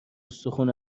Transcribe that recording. استخون